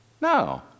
no